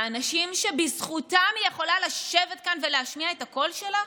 לאנשים שבזכותם היא יכולה לשבת כאן ולהשמיע את הקול שלה?